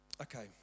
Okay